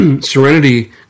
Serenity